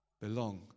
belong